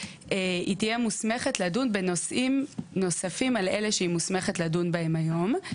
היא תהיה מוסמכת לדון בנושאים נוספים על אלה שהיא מוסמכת לדון בהם היום.